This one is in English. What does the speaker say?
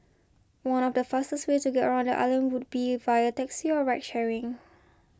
one of the fastest ways to get around the island would be via taxi or ride sharing